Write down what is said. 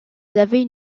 avaient